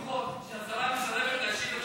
אני מבקש למחות על שהשרה מסרבת להשיב על